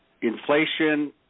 Inflation